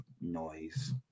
noise